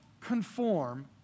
conform